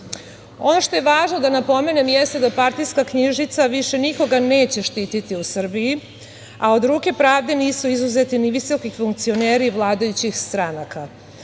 što je važno da napomenem jeste da partijska knjižica više nikoga neće štititi u Srbiji, a od ruke pravde nisu izuzeti ni visoki funkcioneri vladajućih stranaka. Jasno